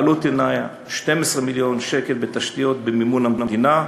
העלות הנה 12 מיליון שקל בתשתיות, במימון המדינה,